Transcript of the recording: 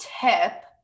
tip